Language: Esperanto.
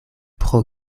pro